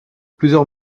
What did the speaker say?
plusieurs